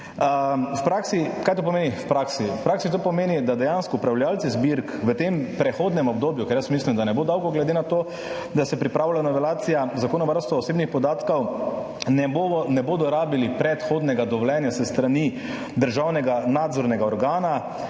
ZVOP. Kaj to pomeni v praksi? V praksi to pomeni, da dejansko upravljavci zbirk v tem prehodnem obdobju – ki mislim, da ne bo dolgo, glede na to, da se pripravlja novelacija Zakona o varstvu osebnih podatkov – ne bodo rabili predhodnega dovoljenja s strani državnega nadzornega organa,